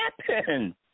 happen